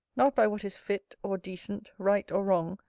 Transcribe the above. not by what is fit or decent, right or wrong,